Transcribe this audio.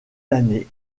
d’années